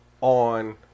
on